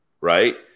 Right